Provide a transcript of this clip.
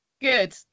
Good